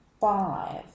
five